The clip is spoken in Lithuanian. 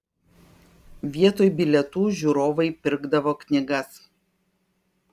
vietoj bilietų žiūrovai pirkdavo knygas